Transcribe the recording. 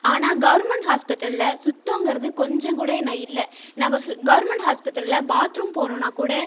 ஆனால் கவர்மெண்ட் ஹாஸ்பிட்டலில் சுத்தங்கிறது கொஞ்சம் கூட என்ன இல்லை நம்ம சு கவர்மெண்ட் ஹாஸ்பிட்டலில் பாத்ரூம் போகணுன்னா கூட